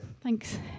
Thanks